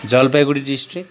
Jalpaiguri district